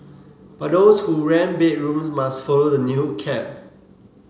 but those who rent bedrooms must follow the new cap